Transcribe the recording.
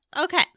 Okay